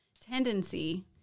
tendency